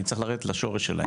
אני צריך לרדת לשורש שלהם.